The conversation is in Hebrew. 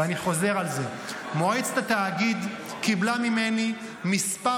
ואני חוזר על זה: מועצת התאגיד קיבלה ממני מספר